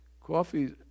coffee